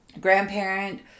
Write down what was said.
grandparent